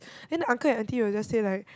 then the uncle and aunty will just say like